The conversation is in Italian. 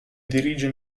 dirige